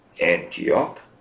Antioch